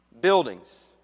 Buildings